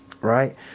right